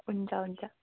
हुन्छ हुन्छ